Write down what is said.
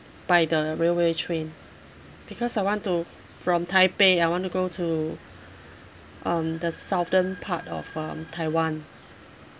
by the railway train because I want to from taipei I want to go to um the southern part of um taiwan